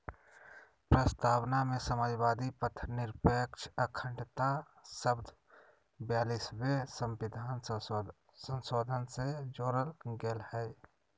प्रस्तावना में समाजवादी, पथंनिरपेक्ष, अखण्डता शब्द ब्यालिसवें सविधान संशोधन से जोरल गेल हइ